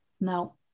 No